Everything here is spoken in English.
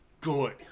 good